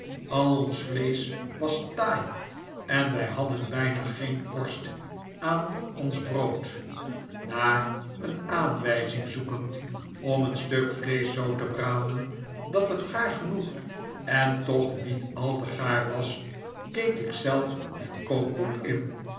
was taai en wij hadden bijna geen korst aan ons brood naar een aanwijzing zoekend cm een stuk vleesch zoo te braden dat het gaar genoeg en toch niet al te gaar was keek ik zelf het kookboek in